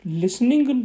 listening